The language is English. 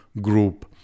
group